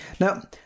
Now